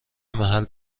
محل